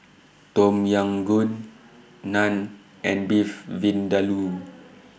Tom Yam Goong Naan and Beef Vindaloo